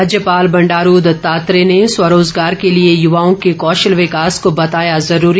राज्यपाल बंडारू दत्तात्रेय ने स्वरोज़गार के लिए युवाओं के कौशल विकास को बताया ज़रूरी